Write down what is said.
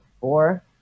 four